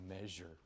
measure